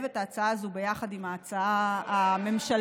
את ההצעה הזו ביחד עם ההצעה הממשלתית.